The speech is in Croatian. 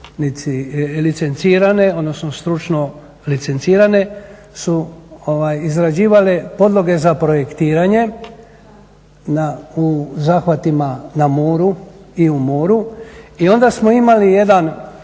licencirane odnosno stručno licencirane su izrađivale podloge za projektiranje na zahvatima u moru i na moru i onda smo imali jedan